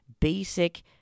basic